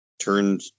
turned